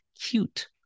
cute